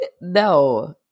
no